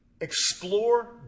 Explore